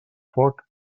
foc